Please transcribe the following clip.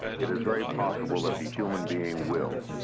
it is very possible that the human being will.